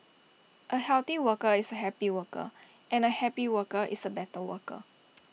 A healthy worker is A happy worker and A happy worker is A better worker